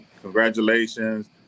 congratulations